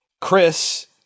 Chris